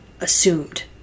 assumed